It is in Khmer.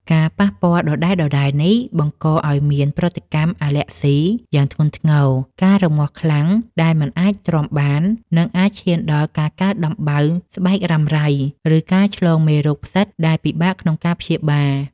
ការប៉ះពាល់ដដែលៗនេះបង្កឱ្យមានប្រតិកម្មអាឡែស៊ីយ៉ាងធ្ងន់ធ្ងរ ការរមាស់ខ្លាំងដែលមិនអាចទ្រាំបាន និងអាចឈានដល់ការកើតដំបៅស្បែករ៉ាំរ៉ៃ ឬការឆ្លងមេរោគផ្សិតដែលពិបាកក្នុងការព្យាបាល។